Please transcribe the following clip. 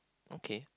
okay